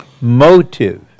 motive